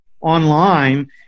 online